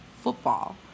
football